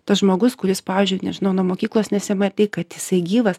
tas žmogus kuris pavyzdžiui nežinau nuo mokyklos nesimatei kad jisai gyvas